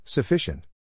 Sufficient